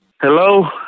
Hello